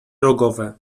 rogowe